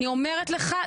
אני אומרת לך,